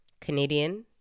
Canadian